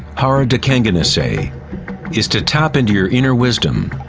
hara de kanganasaii is to tap into your inner wisdom.